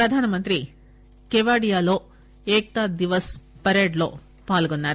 ప్రధానమంత్రి కెవాడియాలో ఏకతాదివస్ పెరేడ్లో పాల్గొన్నారు